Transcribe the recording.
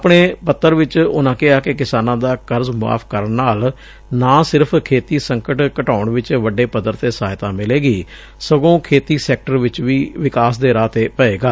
ਆਪਣੇ ਪੱਤਰ ਚ ਉਨ੍ਹਾਂ ਕਿਹਾ ਕਿ ਕਿਸਾਨਾਂ ਦਾ ਕਰਜ਼ ਮੁਆਫ਼ ਕਰਨ ਨਾਲ ਨਾ ਸਿਰਫ਼ ਖੇਤੀ ਸੰਕਟ ਘਟਾਉਣ ਚ ਵੱਡੇ ਪੱਧਰ ਤੇ ਸਹਾਇਤਾ ਮਿਲੇਗੀ ਸਗੋਂ ਖੇਤੀ ਸੈਕਟਰ ਵੀ ਵਿਕਾਸ ਦੇ ਰਾਹ ਤੇ ਪਏਗਾ